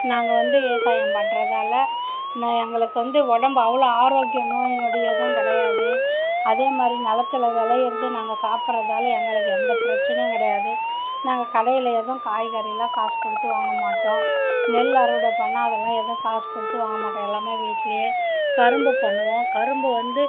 நாங்கள் வந்து விவசாயம் பண்ணுறதால நான் எங்களுக்கு வந்து உடம்பு அவ்வளோ ஆரோக்கியம் நோய்நொடி எதுவும் கிடையாது அதே மாதிரி நிலத்துல விளையறது நாங்கள் சாப்பிறதால எங்களுக்கு எந்த பிரச்சினையும் கிடையாது நாங்கள் கடையில் எதுவும் காய்கறியெலாம் காசு கொடுத்து வாங்க மாட்டோம் நெல் அறுவடை பண்ணிணா அதெல்லாம் எதுவும் காசு கொடுத்து வாங்க மாட்டோம் எல்லாமே வீட்லேயே கரும்பு பண்ணுவோம் கரும்பு வந்து